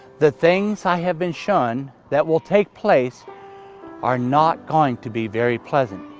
the things i have been shown that will take place are not going to be very pleasant.